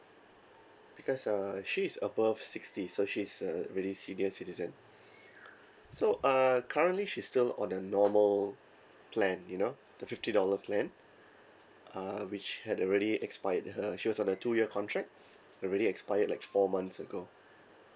because uh she is above sixty so she is a really senior citizen so err currently she's still on a normal plan you know the fifty dollar plan uh which had already expired her she was on a two year contract already expired like four months ago